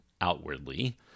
outwardly